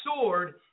sword